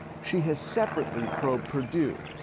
she has separately probed purdue,